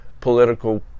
political